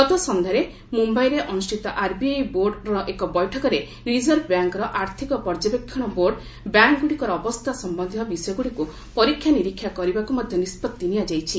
ଗତ ସନ୍ଧ୍ୟାରେ ମୁମ୍ବାଇରେ ଅନୁଷ୍ଠିତ ଆର୍ବିଆଇ ବୋର୍ଡ଼ର ଏକ ବୈଠକରେ ରିଜର୍ଭ ବ୍ୟାଙ୍କ୍ର ଆର୍ଥକ ପର୍ଯ୍ୟବେକ୍ଷଣ ବୋର୍ଡ଼ ବ୍ୟାଙ୍କ୍ଗୁଡ଼ିକର ଅବସ୍ଥା ସମ୍ଭନ୍ଧୀୟ ବିଷୟଗୁଡ଼ିକୁ ପରୀକ୍ଷା ନିରୀକ୍ଷା କରିବାକୁ ମଧ୍ୟ ନିଷ୍କଭି ନିଆଯାଇଛି